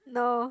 no